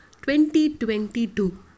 2022